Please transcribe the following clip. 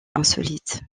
insolite